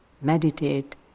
meditate